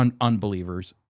unbelievers